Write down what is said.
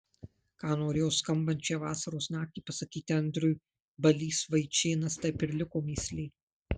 ką norėjo skambančią vasaros naktį pasakyti andriui balys vaičėnas taip ir liko mįslė